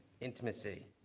intimacy